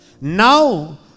Now